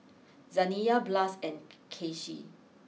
Zaniyah Blas and Kacie